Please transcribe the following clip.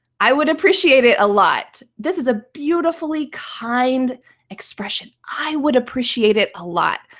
i would appreciate it a lot. this is a beautifully kind expression, i would appreciate it a lot.